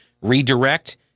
redirect